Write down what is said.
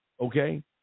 okay